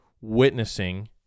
witnessing